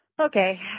okay